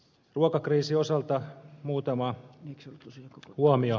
ruokakriisin osalta muutama huomio